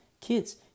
Kids